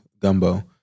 gumbo